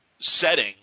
setting